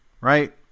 Right